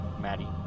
Maddie